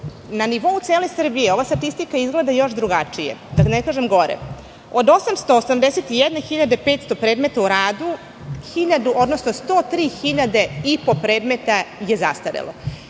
Na nivou cele Srbije ova statistika izgleda još drugačije, da ne kažem gore. Od 881.500 predmeta u radu 103.500 predmeta je zastarelo.